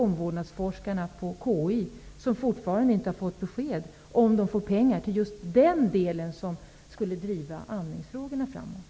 Omvårdnadsforskarna på KI har fortfarande inte fått besked om de får pengar till just den del som skulle driva amningsfrågorna framåt.